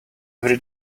every